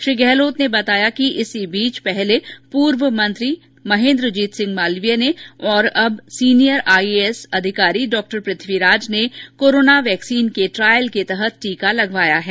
श्री गहलोत ने बताया कि इसी बीच पहले पूर्व मंत्री महेन्द्र जीत सिंह मालवीय ने और अब सीनियर आईएएस अधिकारी डॉ पृथ्वीराज ने कोरोना वैक्सीन के ट्रायल के तहत टीका लगवाया है